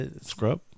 Scrub